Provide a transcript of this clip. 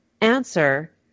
answer